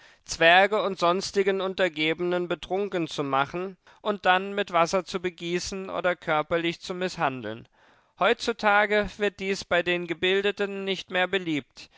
zwerge und sonstigen untergebenen betrunken zu machen und dann mit wasser zu begießen oder körperlich zu mißhandeln heutzutage wird dies bei den gebildeten nicht mehr beliebt